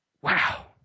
Wow